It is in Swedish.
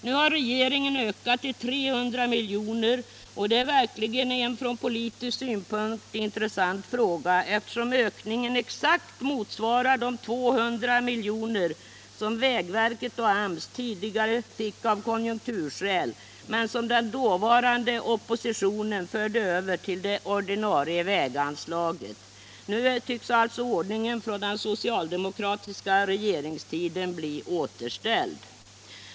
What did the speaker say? Nu har regeringen ökat den till 300 miljoner, och det är verkligen en från politisk synpunkt intressant sak, eftersom ökningen exakt motsvarar de 200 miljoner som vägverket och AMS tidigare fick av konjunkturskäl men som den dåvarande oppositionen förde över till det ordinarie väganslaget. Nu tycks alltså ordningen från den socialdemokratiska regeringstiden bli återställd.